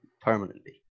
permanently